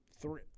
Three